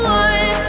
one